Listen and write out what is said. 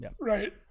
right